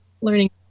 learning